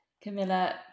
Camilla